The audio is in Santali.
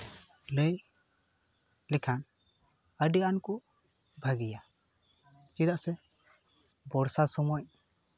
ᱞᱟᱹᱭ ᱞᱮᱠᱷᱟᱱ ᱟᱹᱰᱤᱜᱟᱱ ᱠᱚ ᱵᱷᱟᱹᱜᱤᱭᱟ ᱪᱮᱫᱟᱜ ᱥᱮ ᱵᱚᱨᱥᱟ ᱥᱚᱢᱚᱭ